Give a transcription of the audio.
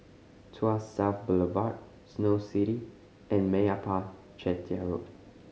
Tuas South Boulevard Snow City and Meyappa Chettiar Road